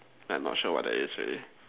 I'm not sure what that is really